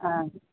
ஆ